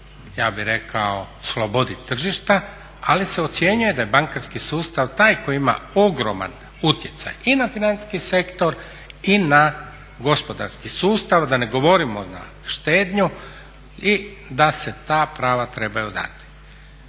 ja bih rekao slobodi tržišta, ali se ocjenjuje da je bankarski sustav taj koji ima ogroman utjecaj i na financijski sektor i na gospodarski sustav a da ne govorimo na štednju i da se ta prava trebaju dati.